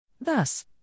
Thus